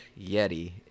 yeti